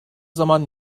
zaman